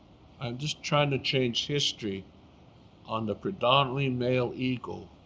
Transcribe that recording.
and just trying to change history on the predominantly male ego